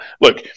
look